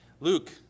Luke